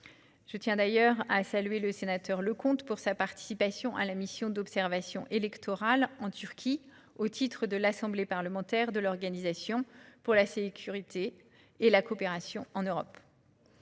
Je tiens d'ailleurs à saluer le sénateur Leconte pour sa participation à la mission d'observation électorale dans ce pays, au titre de l'Assemblée parlementaire de l'Organisation pour la sécurité et la coopération en Europe